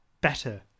better